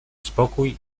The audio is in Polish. spokój